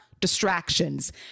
distractions